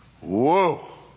Whoa